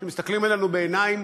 שמסתכלים עלינו בעיניים